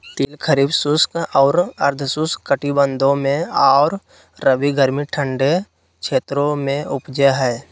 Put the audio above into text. तिल खरीफ शुष्क और अर्ध शुष्क कटिबंधों में और रबी गर्मी ठंडे क्षेत्रों में उपजै हइ